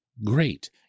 Great